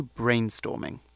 brainstorming